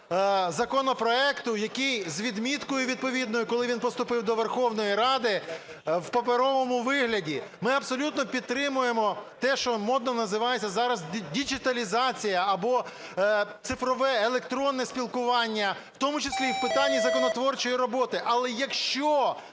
законопроекту, який з відміткою відповідною, коли він поступив до Верховної Ради, в паперовому вигляді. Ми абсолютно підтримуємо те, що модно називається зараз "діджиталізація", або цифрове, електронне спілкування, в тому числі і в питанні законотворчої роботи. Але якщо